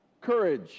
Courage